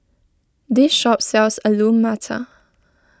this shop sells Alu Matar